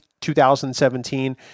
2017